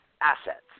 assets